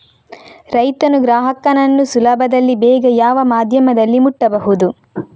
ರೈತನು ಗ್ರಾಹಕನನ್ನು ಸುಲಭದಲ್ಲಿ ಬೇಗ ಯಾವ ಮಾಧ್ಯಮದಲ್ಲಿ ಮುಟ್ಟಬಹುದು?